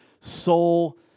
soul